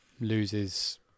loses